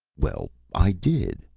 well, i did.